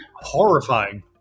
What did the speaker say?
Horrifying